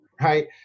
right